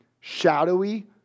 shadowy